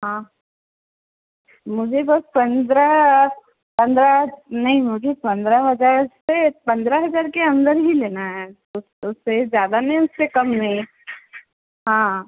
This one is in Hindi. हाँ मुझे बस पन्द्रह पन्द्रह नहीं मुझे पन्द्रह हजार से पन्द्रह हजार के अन्दर ही लेना है उस उससे ज़्यादा नहीं उससे कम नहीं हाँ